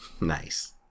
Nice